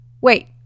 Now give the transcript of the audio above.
Wait